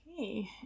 Okay